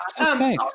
okay